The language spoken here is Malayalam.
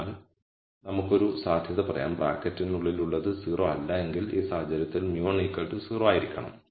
അതിനാൽ നമുക്ക് ഒരു സാധ്യത പറയാം ബ്രാക്കറ്റിനുള്ളിൽ ഉള്ളത് 0 അല്ല എങ്കിൽ ഈ സാഹചര്യത്തിൽ μ10 ആയിരിക്കണം